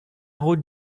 route